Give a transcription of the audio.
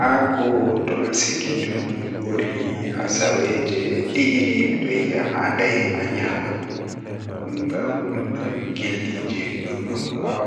Arande kam mi tefan boggol chaji am mi hawra haa hiite mi tabbitina waya man don huwa naa malla wal huwa to waya man don huwa mi habda mi nyo'a babal kunnago mi laara babal man wonni na malla wonnai to Sali konnago bo sei mi hoosa mi yarina geroobe malla himbe hakkilinta be